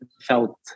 felt